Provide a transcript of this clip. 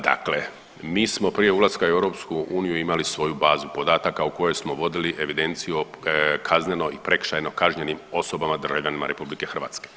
Dakle, mi smo prije ulaska u EU imali svoju bazu podataka u kojoj smo vodili evidenciju o kaznenoj i prekršajno kažnjenim osobama državljanima RH.